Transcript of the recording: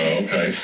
okay